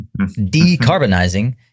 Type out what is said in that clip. Decarbonizing